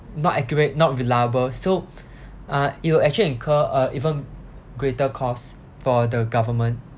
not accurate not reliable so uh it'll actually incur a even greater costs for the government